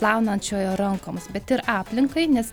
plaunančiojo rankoms bet ir aplinkai nes